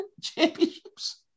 championships